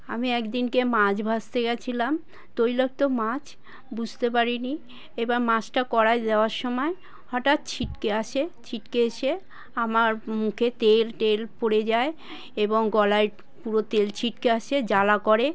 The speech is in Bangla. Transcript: আমি একদিনকে মাছ ভাজতে গেছিলাম তৈলাক্ত মাছ বুঝতে পারিনি এবার মাছটা কড়ায় দেওয়ার সময় হঠাৎ ছিটকে আসে ছিটকে এসে আমার মুখে তেল টেল পড়ে যায় এবং গলায় পুরো তেল ছিটকে আসে জ্বালা করে